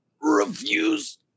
Refuse